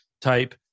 type